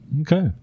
Okay